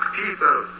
people